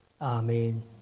Amen